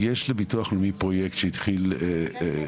יש לביטוח הלאומי פרויקט שהתחיל --- כן,